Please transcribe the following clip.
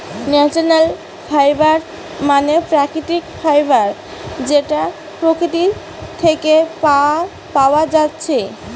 natural fibre মানে প্রাকৃতিক fibre যেটা প্রকৃতি থিকে পায়া যাচ্ছে